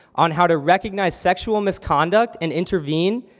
on how to recognize sexual misconduct and intervene,